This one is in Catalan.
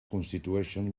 constitueixen